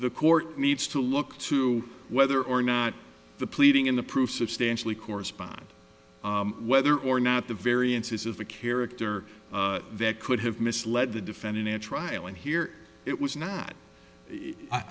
the court needs to look to whether or not the pleading in the proof substantially corresponds whether or not the variances of a character that could have misled the defendant on trial and here it was not i